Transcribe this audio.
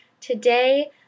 today